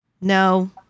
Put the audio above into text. No